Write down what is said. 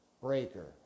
Breaker